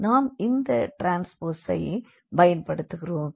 நாம் இந்த டிரான்ஸ்போசை பயன்படுத்துகிறோம்